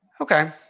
okay